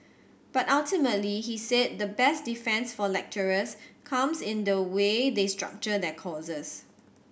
but ultimately he said the best defence for lecturers comes in the way they structure their courses